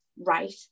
right